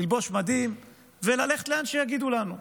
ללבוש מדים וללכת לאן שיגידו לנו,